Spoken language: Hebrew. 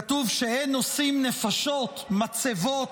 כתוב ש"אין עושין נפשות" מצבות,